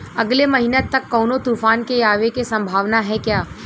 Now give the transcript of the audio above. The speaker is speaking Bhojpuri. अगले महीना तक कौनो तूफान के आवे के संभावाना है क्या?